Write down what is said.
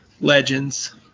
legends